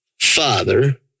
father